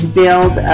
build